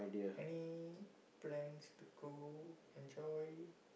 any plans to go enjoy